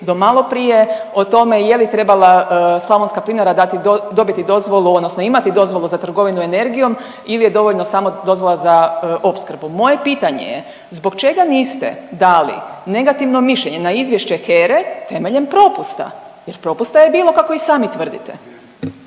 do maloprije o tome je li trebala Slavonska plinara dati, dobiti dozvolu odnosno imati dozvolu za trgovinu energijom ili je dovoljno samo dozvola za opskrbu. Moje pitanje je zbog čega niste dali negativno mišljenje na izvješće HERA-e temeljem propusta jer propusta je bilo kako i sami tvrdite?